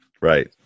Right